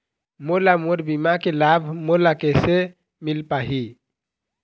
मोला मोर बीमा के लाभ मोला किसे मिल पाही?